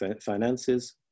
finances